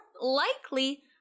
likely